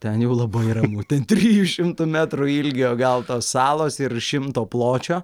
ten jau labai ramu ten trijų šimtų metrų ilgio gal tos salos ir šimto pločio